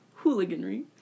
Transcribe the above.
Hooliganry